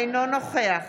אינו נוכח